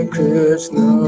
Krishna